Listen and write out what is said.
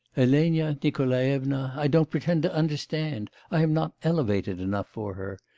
elena nikolaevna i don't pretend to understand. i am not elevated enough for her.